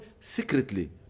secretly